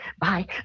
Bye